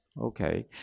okay